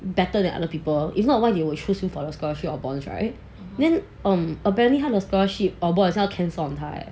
better than other people if not why they will choose me for the scholarship or bonds right then um apparently 他的 scholarship or bond 要 cancel on 他 leh